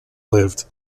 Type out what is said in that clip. lived